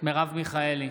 מרב מיכאלי,